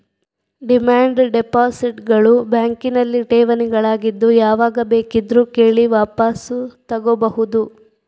demand deposit ಗಳು ಬ್ಯಾಂಕಿನಲ್ಲಿ ಠೇವಣಿಗಳಾಗಿದ್ದು ಯಾವಾಗ ಬೇಕಿದ್ರೂ ಕೇಳಿ ವಾಪಸು ತಗೋಬಹುದು